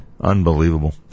Unbelievable